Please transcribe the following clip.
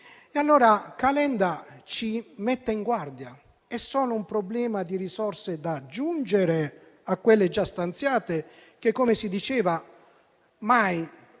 Il collega ci mette in guardia: è solo un problema di risorse da aggiungere a quelle già stanziate, che - come si diceva -